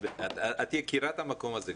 את יקירת המקום הזה,